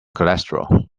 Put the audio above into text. cholesterol